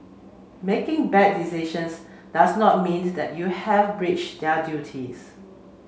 making bad decisions does not mean that you have breach their duties